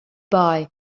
bye